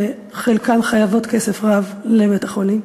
שחלקן חייבות כסף רב לבית-החולים,